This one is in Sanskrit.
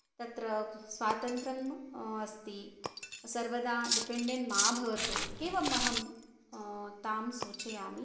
तत्र स्वातन्त्र्यम् अस्ति सर्वदा डिपेण्डेण्ट् मा भवतु एवमहं तां सूचयामि